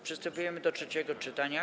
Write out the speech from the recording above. Przystępujemy do trzeciego czytania.